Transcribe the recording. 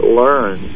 learn